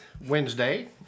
Wednesday